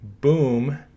boom